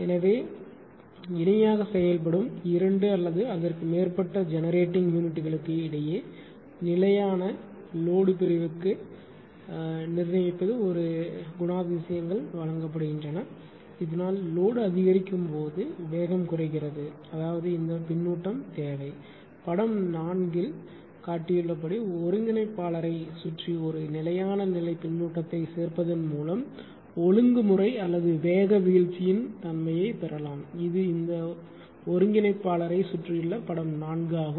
எனவே இணையாக செயல்படும் இரண்டு அல்லது அதற்கு மேற்பட்ட ஜெனரேட்டிங் யூனிட்களுக்கு இடையே நிலையான லோடு பிரிவுக்கு நிர்ணயிப்பது ஒரு குணாதிசயங்கள் வழங்கப்படுகின்றன இதனால் லோடு அதிகரிக்கும் போது வேகம் குறைகிறது அதாவது இந்த பின்னூட்டம் தேவை படம் 4 இல் காட்டப்பட்டுள்ளபடி ஒருங்கிணைப்பாளரைச் சுற்றி ஒரு நிலையான நிலை பின்னூட்டத்தைச் சேர்ப்பதன் மூலம் ஒழுங்குமுறை அல்லது வேக வீழ்ச்சியின் தன்மையைப் பெறலாம் இது இந்த ஒருங்கிணைப்பாளரைச் சுற்றியுள்ள படம் 4 ஆகும்